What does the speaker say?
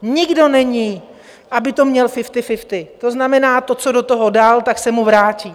Nikdo není, aby to měl fifty fity, to znamená, to, co do toho dal, tak se mu vrátí.